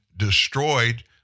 destroyed